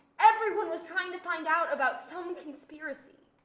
everyone was trying to find out about some conspiracy.